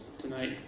tonight